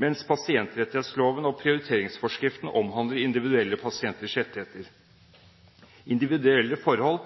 mens pasientrettighetsloven og prioriteringsforskriften omhandler individuelle pasienters rettigheter. Individuelle forhold